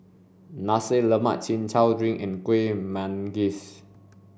Nasi Lemak Chin Chow Drink and Kueh Manggis